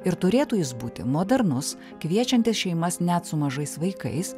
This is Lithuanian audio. ir turėtų jis būti modernus kviečiantis šeimas net su mažais vaikais